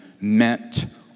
meant